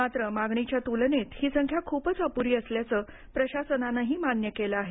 मात्र मागणीच्या तुलनेत ही संख्या खूपच अप्री असल्याचं प्रशासनानेही मान्य केलं आहे